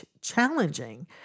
challenging